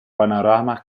panorama